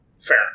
Fair